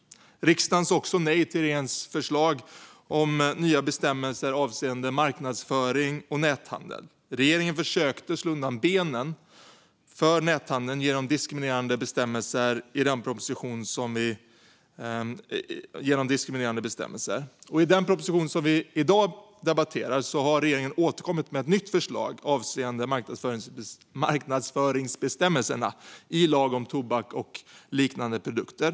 Riksdagen sa också nej till regeringens förslag om nya bestämmelser avseende marknadsföring och näthandel. Regeringen försökte slå undan benen för näthandeln genom diskriminerande bestämmelser. I den proposition som vi nu debatterar har regeringen återkommit med ett nytt förslag avseende marknadsföringsbestämmelserna i lagen om tobak och liknande produkter.